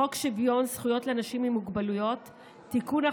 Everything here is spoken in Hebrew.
חוק שוויון זכויות לאנשים עם מוגבלויות (תיקון,